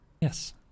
Yes